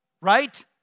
Right